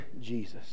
Jesus